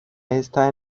está